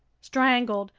strangled,